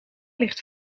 ligt